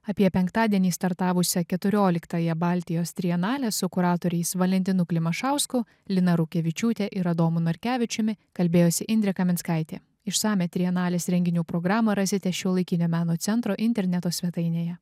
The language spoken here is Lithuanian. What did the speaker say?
apie penktadienį startavusią keturioliktąją baltijos trienalę su kuratoriais valentinu klimašausku lina rukevičiūte ir adomu narkevičiumi kalbėjosi indrė kaminskaitė išsamią trienalės renginių programą rasite šiuolaikinio meno centro interneto svetainėje